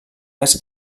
més